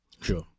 Sure